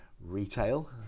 retail